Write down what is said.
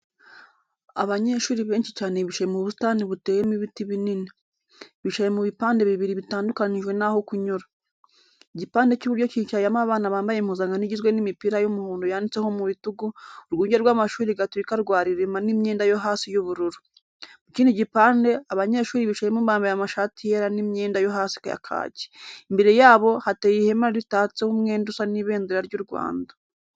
Abanyeshuri benshi cyane bicaye mu busitani buteyemo ibiti binini. Bicaye mu bipande bibiri bitandukanyijwe naho kunyura. Igipande cy'iburyo cyicayemo abana bambaye impuzankano igizwe n'imipira y'umuhondo yanditseho mu bitugu, Urwunge rw'Amashuri Gaturika rwa Rilima n'imyenda yo hasi y'ubururu. Mu kindi gipande, abanyeshuri bicayemo bambaye amashati yera n'imyenda yo hasi ya kaki. Imbere yabo, hateye ihema ritatseho umwenda usa n'ibendera ry'u Rwanda.